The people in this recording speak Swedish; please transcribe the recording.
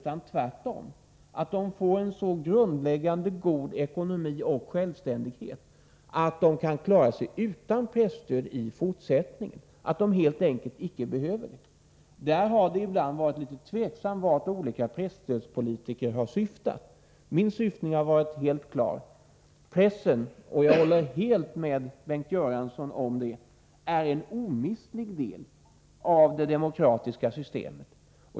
Det är tvärtom angeläget att de får en så grundläggande god ekonomi och självständighet att de i fortsättningen kan klara sig utan presstöd. De skall helt enkelt inte behöva det. Det har ibland varit osäkert vad olika presstödspolitiker syftat till. Mitt syfte har varit helt klart, nämligen att pressen — jag håller helt med Bengt Göransson om det — är en omistlig del av det demokratiska systemet.